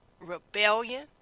rebellion